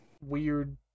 weird